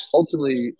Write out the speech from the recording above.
ultimately